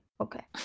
okay